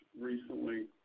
recently